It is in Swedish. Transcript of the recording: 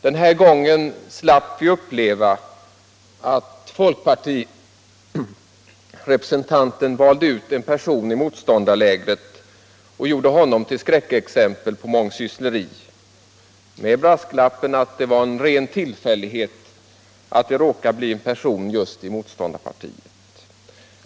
Den här gången slapp vi uppleva att folkpartirepresentanten valde ut en person i motståndarlägret och gjorde honom till skräckexempel på mångsyssleri — med brasklappen att det var en ren tillfällighet att det råkade bli en person just i motståndarpartiet.